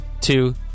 two